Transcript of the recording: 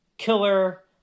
Killer